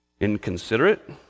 inconsiderate